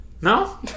No